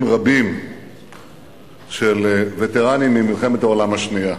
רבים של וטרנים ממלחמת העולם השנייה,